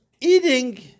eating